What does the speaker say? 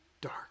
dark